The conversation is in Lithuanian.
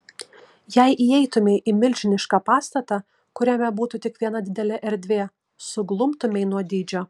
jei įeitumei į milžinišką pastatą kuriame būtų tik viena didelė erdvė suglumtumei nuo dydžio